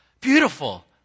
Beautiful